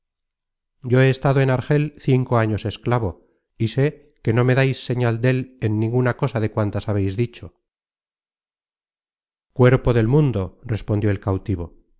yo he estado en argel cinco años esclavo y sé que no me dais señas del en ninguna cosa de cuantas habeis dicho cuerpo del mundo respondió el cautivo